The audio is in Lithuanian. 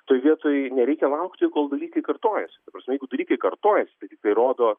toj vietoj nereikia laukti kol dalykai kartojasi ta prasme jeigu dalykai kartojasi tai tiktai rodo